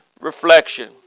reflection